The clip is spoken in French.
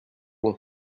bon